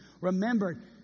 remembered